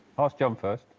ask john first